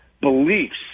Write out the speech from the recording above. beliefs